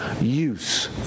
use